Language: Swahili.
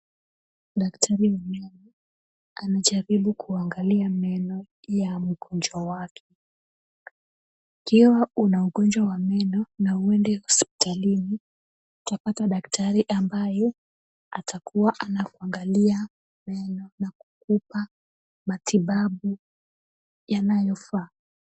Daktari wa meno anajaribu kuangalia meno ya mgonjwa wake. Ukiwa una ugonjwa wa meno na uende hospitalini, utapata daktari ambaye atakuwa anakuangalia meno na kukupa matibabu yanayofaa.